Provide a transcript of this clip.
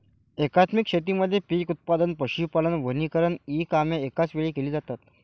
एकात्मिक शेतीमध्ये पीक उत्पादन, पशुपालन, वनीकरण इ कामे एकाच वेळी केली जातात